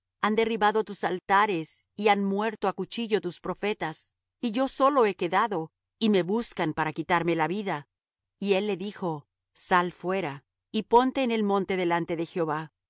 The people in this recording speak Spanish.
han derribado tus altares y han muerto á cuchillo tus profetas y yo solo he quedado y me buscan para quitarme la vida y él le dijo sal fuera y ponte en el monte delante de jehová